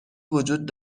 وجود